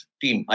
team